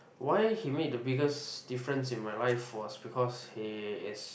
why he made the biggest difference in my live was because he is